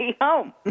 home